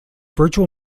virtual